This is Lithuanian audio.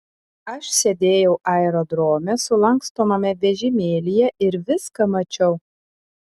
aš sėdėjau aerodrome sulankstomame vežimėlyje ir viską mačiau